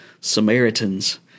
Samaritans